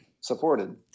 supported